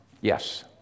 Yes